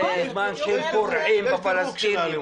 מתחבקים עם המתנחלים בזמן שהם פורעים בפלסטינים.